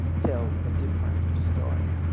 tell a different story.